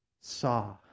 saw